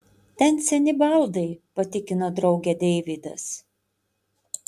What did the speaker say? ten seni baldai patikino draugę deividas